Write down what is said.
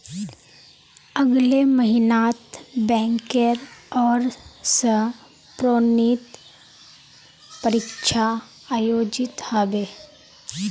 अगले महिनात बैंकेर ओर स प्रोन्नति परीक्षा आयोजित ह बे